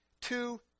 two